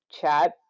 chat